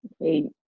Okay